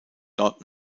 dort